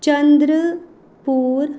Chandrapur